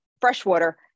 freshwater